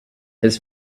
his